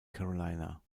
carolina